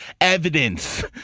evidence